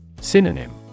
Synonym